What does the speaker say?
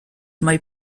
mae